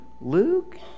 Luke